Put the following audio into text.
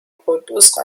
قدوس